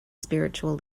spiritual